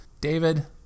David